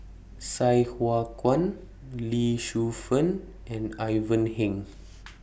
Sai Hua Kuan Lee Shu Fen and Ivan Heng